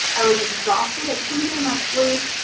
i was exhausted, i couldn't get enough sleep,